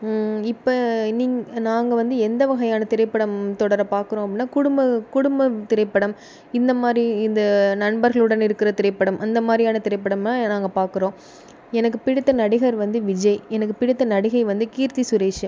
இப்போ நீங் நாங்கள் வந்து எந்த வகையான திரைப்படம் தொடரை பார்க்கறோம் அப்படினா குடும்ப குடும்பம் திரைப்படம் இந்தமாதிரி இந்த நண்பர்களுடன் இருக்கிற திரைப்படம் அந்தமாதிரியான திரைப்படமை நாங்கள் பார்க்கறோம் எனக்கு பிடித்த நடிகர் வந்து விஜய் எனக்கு பிடித்த நடிகை வந்து கீர்த்தி சுரேஷ்